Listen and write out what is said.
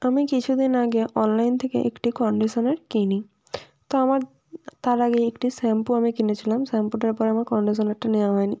আমি কিছুদিন আগে অনলাইন থেকে একটি কন্ডিশনার কিনি তো আমার তার আগে একটি শ্যাম্পু আমি কিনেছিলাম শ্যাম্পুটার পরে আমার কন্ডিশনারটা নেওয়া হয়নি